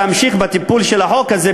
להמשיך בטיפול בחוק הזה,